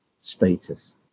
status